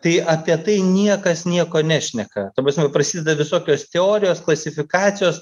tai apie tai niekas nieko nešneka ta prasme prasideda visokios teorijos klasifikacijos